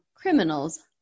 Criminals